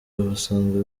basanzwe